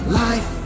life